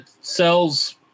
sells